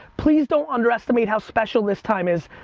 please don't underestimate how special this time is.